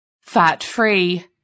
fat-free